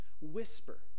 whisper